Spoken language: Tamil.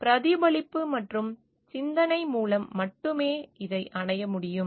பிரதிபலிப்பு மற்றும் சிந்தனை மூலம் மட்டுமே இதை அடைய முடியும்